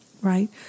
right